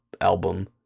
album